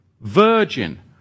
virgin